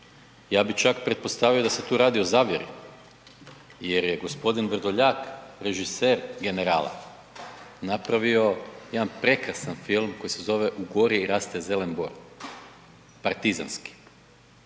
ja bih čak pretpostavio da se tu radi o zavjeri jer je gospodin Vrdoljak režiser „Generala“ napravio jedan prekrasan film koji se zove „U gori raste zelen bor“ partizanski.